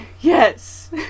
Yes